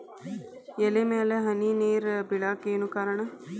ಎಲೆ ಮ್ಯಾಲ್ ಹನಿ ನೇರ್ ಬಿಳಾಕ್ ಏನು ಕಾರಣ?